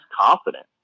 confident